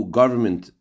government